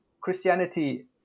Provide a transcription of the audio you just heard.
Christianity